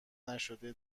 نشده